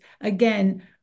again